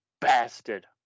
Bastard